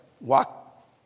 walk